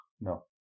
No